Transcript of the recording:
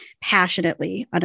passionately